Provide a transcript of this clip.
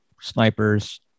snipers